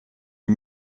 les